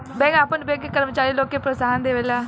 bank आपन bank के कर्मचारी लोग के प्रोत्साहन देवेला